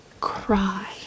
cry